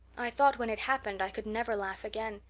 i thought when it happened i could never laugh again.